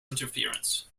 interference